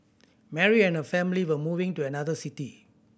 Mary and her family were moving to another city